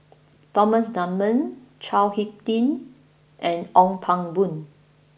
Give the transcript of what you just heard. Thomas Dunman Chao Hick Tin and Ong Pang Boon